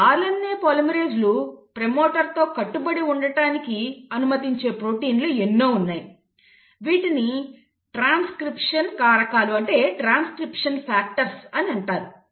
ఈ RNA పాలిమరేస్లు ప్రమోటర్తో కట్టుబడి ఉండటానికి అనుమతించే ప్రొటీన్లు ఎన్నో ఉన్నాయి వీటిని ట్రాన్స్క్రిప్షన్ కారకాలు అని అంటారు